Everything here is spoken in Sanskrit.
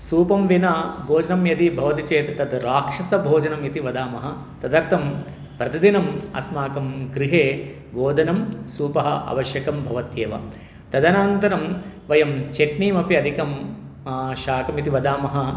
सूपेन विना भोजनं यदि भवति चेत् तद् राक्षसभोजनम् इति वदामः तदर्थं प्रतिदिनम् अस्माकं गृहे ओदनं सूपः आवश्यकं भवत्येव तदनन्तरं वयं चेट्नीमपि अधिकं शाकम् इति वदामः